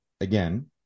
again